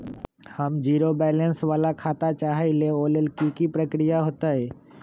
हम zero balance वाला खाता चाहइले वो लेल की की प्रक्रिया होतई?